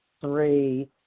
three